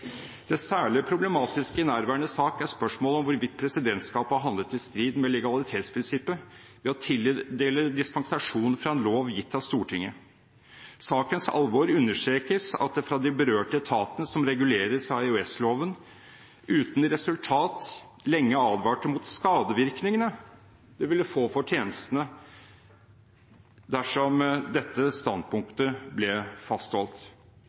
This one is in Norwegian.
Det særlig problematiske i nærværende sak er spørsmålet om hvorvidt presidentskapet har handlet i strid med legalitetsprinsippet ved å tildele dispensasjon fra en lov gitt av Stortinget. Sakens alvor understrekes av at det fra de berørte etatene som reguleres av EOS-loven, uten resultat lenge ble advart mot skadevirkningene det ville få for tjenestene dersom dette standpunktet ble fastholdt.